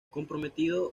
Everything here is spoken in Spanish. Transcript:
comprometido